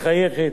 מחייכת,